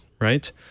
Right